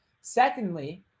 Secondly